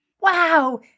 wow